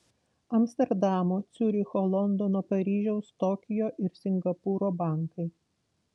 amsterdamo ciuricho londono paryžiaus tokijo ir singapūro bankai